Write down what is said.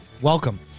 Welcome